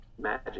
magic